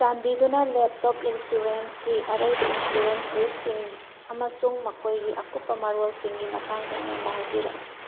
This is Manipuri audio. ꯆꯥꯟꯕꯤꯗꯨꯅ ꯂꯦꯞꯇꯣꯞ ꯏꯟꯁꯨꯔꯦꯟꯁꯀꯤ ꯑꯔꯩꯕ ꯏꯟꯁꯨꯔꯦꯟꯁꯤꯁꯁꯤꯡ ꯑꯃꯁꯨꯡ ꯃꯈꯣꯏꯒꯤ ꯑꯀꯨꯞꯄ ꯃꯔꯣꯜꯁꯤꯡꯒꯤ ꯃꯇꯥꯡꯗ ꯑꯩꯉꯣꯟꯗ ꯍꯥꯏꯕꯤꯔꯛꯎ